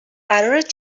قرارت